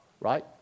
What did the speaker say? right